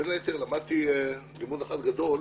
בין היתר, למדתי לימוד אחד גדול,